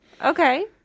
Okay